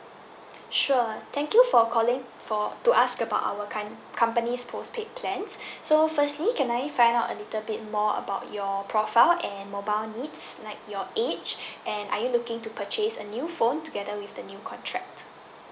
sure thank you for calling for to ask about our com~ company's postpaid plans so firstly can I find out a little bit more about your profile and mobile needs like your age and are you looking to purchase a new phone together with the new contract